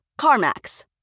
CarMax